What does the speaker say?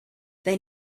they